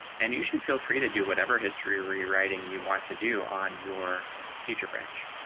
and you should feel free to do whatever history rewriting you want to do on your feature branch.